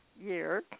year